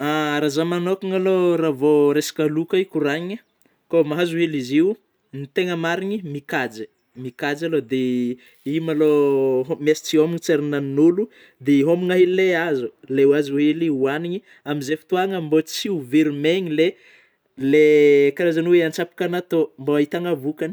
Raha zaho manôkana alôha raha vao resaka loka io koragniny kô mahazo hely izy io, ny tena marigny mikajy mikajy aloha dia io malô mety tsy homagna tsy ary nohagnin'ôlô dia homagna an'igny le azo; ilay ho azo hely io hohanigny amin'izay fotoagna mba tsy ho very maina le le karazagny oe an-tsapaka natao mbo ahitana vôkany.